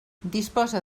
disposa